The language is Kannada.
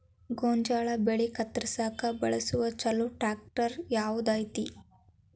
ಗೋಂಜಾಳ ಬೆಳೆ ಕತ್ರಸಾಕ್ ಬಳಸುವ ಛಲೋ ಟ್ರ್ಯಾಕ್ಟರ್ ಯಾವ್ದ್ ಐತಿ?